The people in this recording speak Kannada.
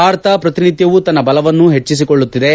ಭಾರತ ಪ್ರತಿನಿತ್ಯವೂ ತನ್ನ ಬಲವನ್ನು ಹೆಜ್ವಿಸಿಕೊಳ್ಳುತ್ತಿದೆ